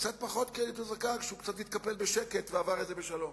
קצת פחות קרדיט הוא לקח כשהוא התקפל בשקט ועבר את זה בשלום.